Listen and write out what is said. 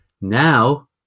now